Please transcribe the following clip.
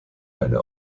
eine